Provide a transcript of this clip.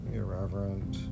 irreverent